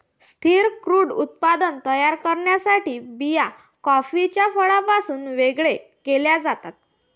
स्थिर क्रूड उत्पादन तयार करण्यासाठी बिया कॉफीच्या फळापासून वेगळे केल्या जातात